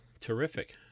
Terrific